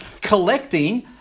collecting